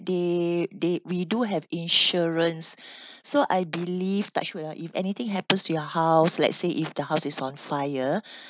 they they we do have insurance so I believe touch wood lah if anything happens to your house let's say if the house is on fire